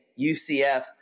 UCF